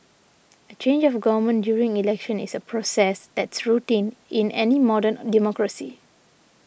a change of government during elections is a process that's routine in any modern democracy